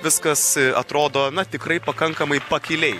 viskas atrodo na tikrai pakankamai pakiliai